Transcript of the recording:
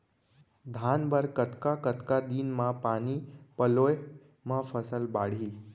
धान बर कतका कतका दिन म पानी पलोय म फसल बाड़ही?